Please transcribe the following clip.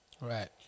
Right